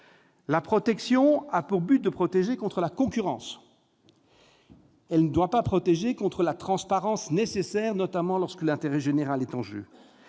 La protection a pour but de protéger contre la concurrence : elle ne doit pas nuire à la nécessaire transparence, notamment lorsque l'intérêt général est en jeu.